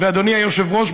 ואדוני היושב-ראש,